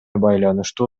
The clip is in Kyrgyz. байланыштуу